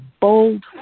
bold